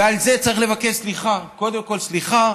ועל זה צריך לבקש סליחה, קודם כול סליחה.